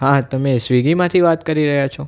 તમે સ્વિગીમાંથી વાત કરી રહ્યા છો